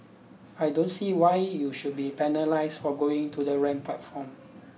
I don't see why you should be penalised for going to the wrong platform